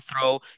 throw